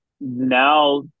now